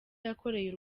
yakoreye